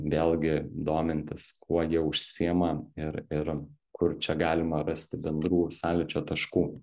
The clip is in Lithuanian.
vėlgi domintis kuo jie užsiima ir ir kur čia galima rasti bendrų sąlyčio taškų